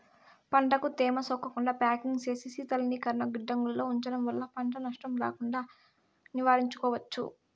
పంటకు తేమ సోకకుండా ప్యాకింగ్ చేసి శీతలీకరణ గిడ్డంగులలో ఉంచడం వల్ల పంట నష్టం కాకుండా నివారించుకోవచ్చు